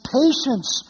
patience